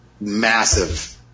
massive